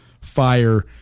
fire